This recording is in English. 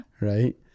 right